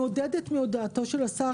אני מרגישה עידוד מהודעתו של השר